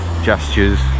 gestures